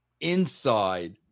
inside